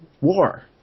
war